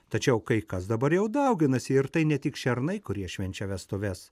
tačiau kai kas dabar jau dauginasi ir tai ne tik šernai kurie švenčia vestuves